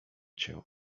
cię